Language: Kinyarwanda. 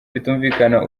bitumvikana